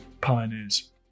pioneers